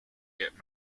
get